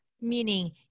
meaning